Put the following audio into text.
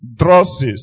drosses